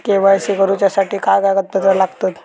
KYC करूच्यासाठी काय कागदपत्रा लागतत?